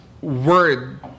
Word